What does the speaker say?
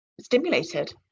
stimulated